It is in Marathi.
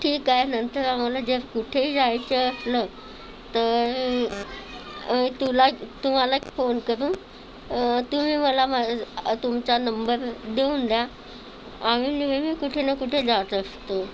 ठीक आहे नंतर आम्हाला जर कुठेही जायचं असलं तर तुला तुम्हालाच फोन करून तुम्ही मला माझा तुमचा नंबर देऊन द्या आम्ही नेहमी कुठे ना कुठे जात असतो